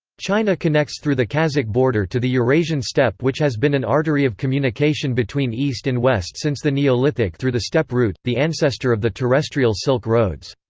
china connects through the kazakh border to the eurasian steppe which has been an artery of communication between east and west since the neolithic through the steppe route the ancestor of the terrestrial silk road